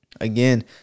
again